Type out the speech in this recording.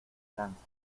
lanzas